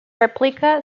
replica